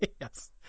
Yes